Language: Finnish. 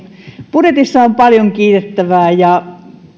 budjetissa on paljon kiitettävää ja